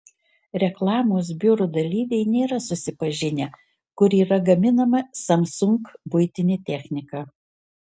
reklamos biuro dalyviai nėra susipažinę kur yra gaminama samsung buitinė technika